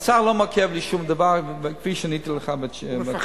האוצר לא מעכב לי שום דבר, כפי שעניתי לך בשאילתא.